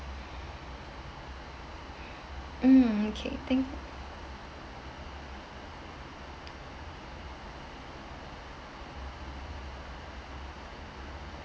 mm okay thank